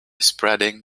spreading